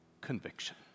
conviction